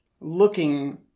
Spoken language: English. looking